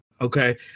okay